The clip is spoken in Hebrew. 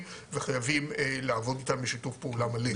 וחייבים לעבוד איתם בשיתוף פעולה מלא.